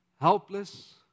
Helpless